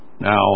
Now